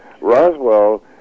Roswell